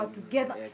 together